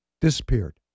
disappeared